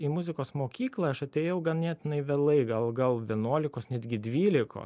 į muzikos mokyklą aš atėjau ganėtinai vėlai gal gal vienuolikos netgi dvylikos